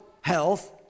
health